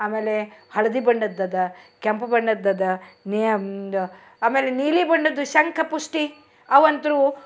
ಆಮೇಲೆ ಹಳದಿ ಬಣ್ಣದ ಅದ ಕೆಂಪು ಬಣ್ಣದ್ದು ಅದ ಆಮೇಲೆ ನೀಲಿ ಬಣ್ಣದ್ದು ಶಂಕಪುಷ್ಟಿ ಅವಂತ್ರು